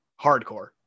hardcore